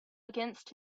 against